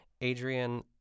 Adrian